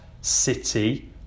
City